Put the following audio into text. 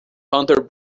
hunter